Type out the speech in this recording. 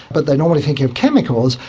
but they're normally thinking of chemicals,